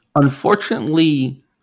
Unfortunately